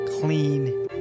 clean